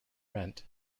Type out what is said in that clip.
rent